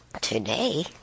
Today